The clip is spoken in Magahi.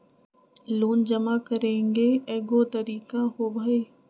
लोन जमा करेंगे एगो तारीक होबहई?